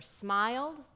smiled